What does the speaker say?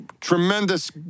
tremendous